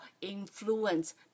influence